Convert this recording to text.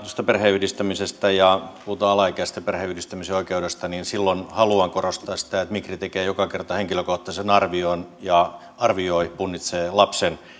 perheenyhdistämisestä kun puhutaan alaikäisten perheenyhdistämisen oikeudesta niin silloin haluan korostaa sitä että migri tekee joka kerta henkilökohtaisen arvion ja arvioi punnitsee lapsen